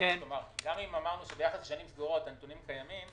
גם אם אמרנו שביחס לשנים סגורות הנתונים קיימים,